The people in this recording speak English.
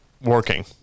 working